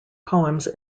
poems